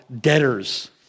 debtors